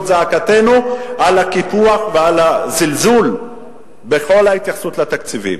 את זעקתנו על הקיפוח ועל הזלזול בכל ההתייחסות לתקציבים.